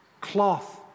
cloth